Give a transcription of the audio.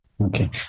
Okay